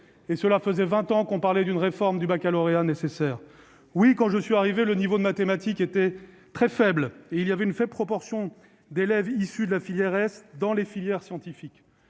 cela faisait 20 ans qu'on parlait de la réforme nécessaire du baccalauréat. Oui, quand je suis arrivé, le niveau de mathématiques était très faible, et il n'y avait qu'une faible proportion d'élèves issus de la filière S dans les filières scientifiques,